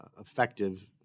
effective